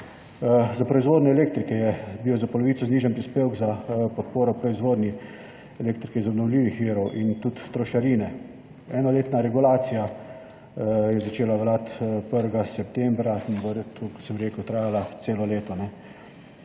Za proizvodnjo elektrike je bil za polovico znižan prispevek za podporo proizvodnji elektrike iz obnovljivih virov in tudi trošarine. Enoletna regulacija je začela veljati 1. septembra in bo, tako kot sem rekel, trajala celo leto.